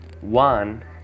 one